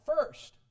first